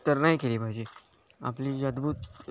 तर नाही केली पाहिजे आपली अद्भुत